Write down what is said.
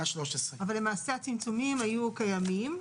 13. אבל למעשה הצמצומים היו קיימים,